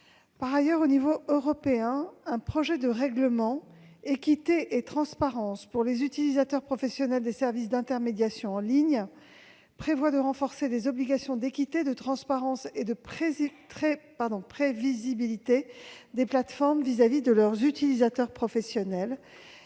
sanctionnées. Au niveau européen, une proposition de règlement promouvant l'équité et la transparence pour les utilisateurs professionnels des services d'intermédiation en ligne prévoit de renforcer les obligations d'équité, de transparence et de prévisibilité des plateformes à l'égard de leurs utilisateurs professionnels